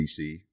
PC